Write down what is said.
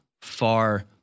far